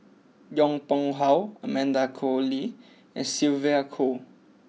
Yong Pung how Amanda Koe Lee and Sylvia Kho